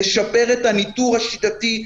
לשפר את הניטור השיטתי,